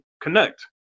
connect